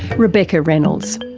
rebecca reynolds.